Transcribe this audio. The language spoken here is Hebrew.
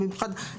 במיוחד,